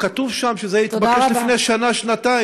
כתוב שם שזה התבקש לפני שנה-שנתיים,